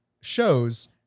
shows